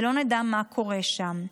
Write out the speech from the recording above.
ולא נדע מה קורה שם,